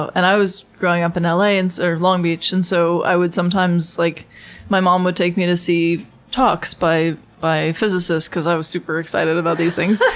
and i was growing up in l a, and so long beach and so i would sometimes, like my mom would take me to see talks by by physicists because i was super excited about these things.